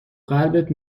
قلبت